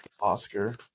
Oscar